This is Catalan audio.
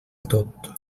tot